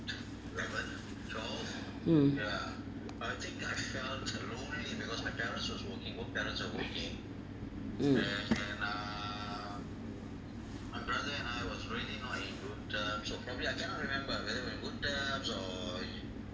mm mm